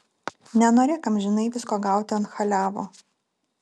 nenorėk amžinai visko gauti ant chaliavo